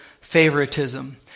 favoritism